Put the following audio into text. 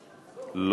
בבקשה.